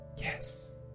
Yes